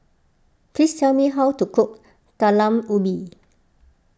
please tell me how to cook Talam Ubi